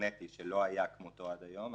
אינטרנטי שלא היה כמותו עד היום.